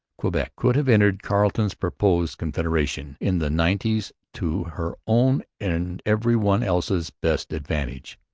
quebec could have entered carleton's proposed confederation in the nineties to her own and every one else's best advantage.